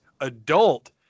adult